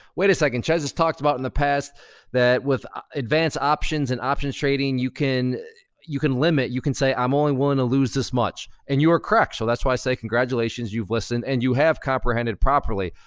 wait a second. chezz has talked about in the past that with advanced options and option trading, you can you can limit, you can say, i um only wanna lose this much and you are correct. so that's why i say, congratulations, you've listened and you have comprehended properly.